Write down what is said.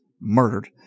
murdered